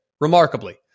Remarkably